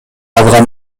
алган